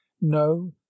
no